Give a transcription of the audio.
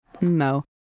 no